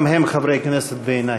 גם הם חברי כנסת בעיני.